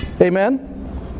Amen